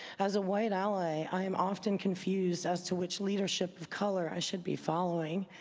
as a white ally, i am often confused as to which leadership of color i should be following.